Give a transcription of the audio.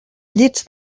llits